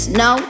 no